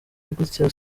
gutyo